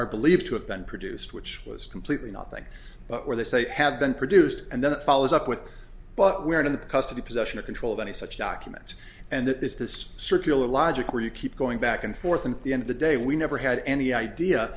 are believed to have been produced which was completely nothing but where they say had been produced and then follows up with but where in the custody possession of control of any such documents and that this is circular logic where you keep going back and forth and at the end of the day we never had any idea